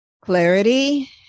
Clarity